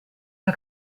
del